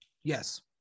Yes